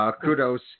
Kudos